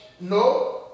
no